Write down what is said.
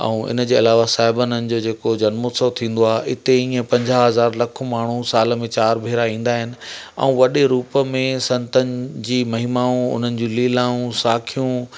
ऐं इनजे अलावा साहिबननि जो जेको जनमु उत्सवु थींदो आहे इते ईअं पंजाह हज़ार लखु माण्हू साल में चारि भेरा ईंदा आहिनि ऐं वॾे रूप में संतनि जी महिमाऊं उन्हनि जूं लीलाऊं साखियूं